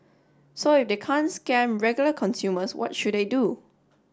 so if they can't scam regular consumers what should they do